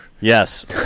Yes